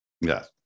Yes